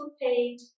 page